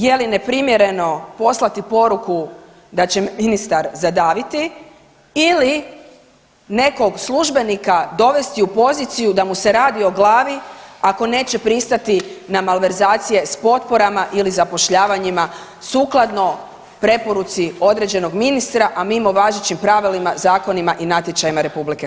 Je li neprimjereno poslati poruku da će ministar zadaviti ili nekog službenika dovesti u poziciju da mu se radi o glavi ako neće pristati na malverzacije s potporama ili zapošljavanjima sukladno preporuci određenog ministra, a mimo važećim pravilima, zakonima i natječajima RH?